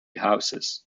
houses